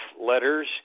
letters